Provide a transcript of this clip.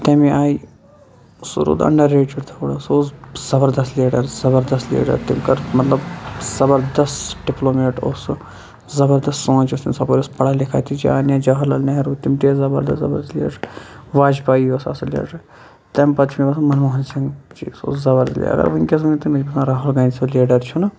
تمہِ آیہِ سُہ روٗد اَنڈَر رہٹِڈ تھوڑا سُہ اوس زَبَردس لیٖڈَر زَبَردست لیٖڈَر تمۍ کٔر مَطلَب زَبَردس ڈِپلومیٹ اوس سُہ زَبَردَس سونٛچ ٲس تمِن ہُپٲرۍ اوس پَڑا لِکھا تہِ جَواہَر لال نہروٗ تِم تہِ ٲس زَبَردس زَبَردس لیٖڈَر واجپایی اوس اَصل لیٖڈَر تمہ پَتہ چھُ مےٚ باسان مَنموہَن سِنٛگھ سُہ اوس زَبَردَس وِنکٮ۪س ونو تُہۍ مےٚ چھُ باسان راہُل گانٛدیَس ہیو لیٖڈَر چھُ نہٕ